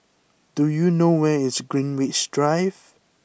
do you know where is Greenwich Drive